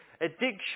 addiction